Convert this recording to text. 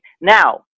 now